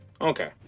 Okay